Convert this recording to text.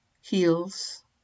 heels